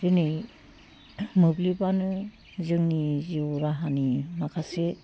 दिनै मोब्लिबानो जोंनि जिउ राहानि माखासे